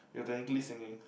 you are technically singing